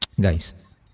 guys